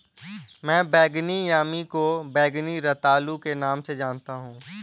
मैं बैंगनी यामी को बैंगनी रतालू के नाम से जानता हूं